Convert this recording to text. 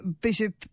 Bishop